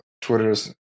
Twitter's